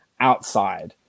outside